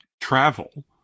travel